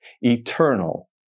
eternal